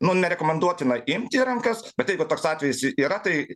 nu nerekomenduotina imti į rankas bet jeigu toks atvejis yra tai